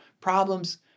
problems